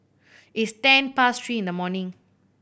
its ten past three in the morning